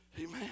Amen